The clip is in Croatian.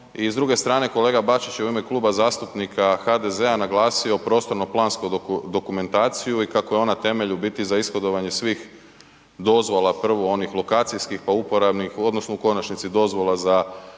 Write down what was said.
i s druge strane kolega Bačić je u ime Kluba zastupnika HDZ-a naglasio prostorno plansku dokumentaciju i kako je ona temelj u biti za ishodovanje svih dozvola, prvo onih lokacijskih, pa uporabnih odnosno u konačnici dozvola za